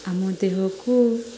ଆମ ଦେହକୁ